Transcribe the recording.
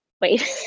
Wait